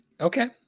Okay